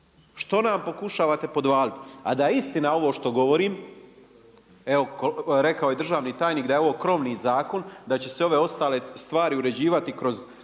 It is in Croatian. Što nam pokušavate podvaliti. A da je istina ovo što govorim, evo rekao je državni tajnik da je ovo krovni zakon, da će se ove ostale stvari uređivati kroz